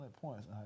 points